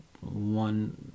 one